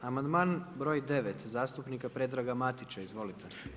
Amandman broj 9. zastupnika Predraga Matića, izvolite.